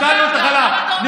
ביטלנו את החל"ת, הוא לא חזר.